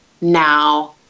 now